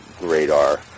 radar